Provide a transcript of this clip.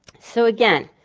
so again,